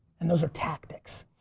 and those are tactics.